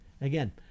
Again